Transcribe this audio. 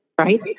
Right